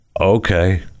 Okay